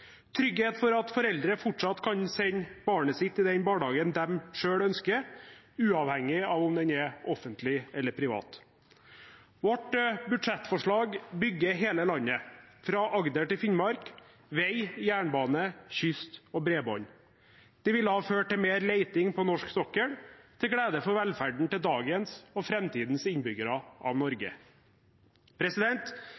trygghet for at foreldre fortsatt kan sende barnet sitt i den barnehagen de selv ønsker, uavhengig av om den er offentlig eller privat. Vårt budsjettforslag bygger hele landet, fra Agder til Finnmark, vei, jernbane, kyst og bredbånd. Det ville ha ført til mer leting på norsk sokkel, til glede for velferden til dagens og framtidens innbyggere av